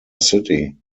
city